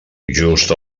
just